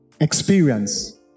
experience